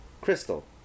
Crystal